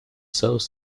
serves